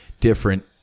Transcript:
different